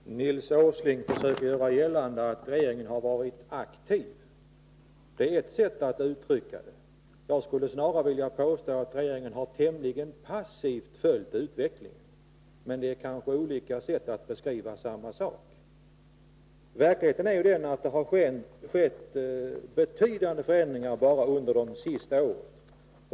Herr talman! Nils Åsling försöker göra gällande att regeringen har varit aktiv. Det är ett sätt att uttrycka det. Jag skulle snarare vilja påstå att regeringen tämligen passivt har följt utvecklingen — men det är kanske olika sätt att beskriva samma sak. Verkligheten är den att det har skett betydande förändringar bara under de senaste åren.